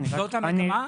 זאת המגמה?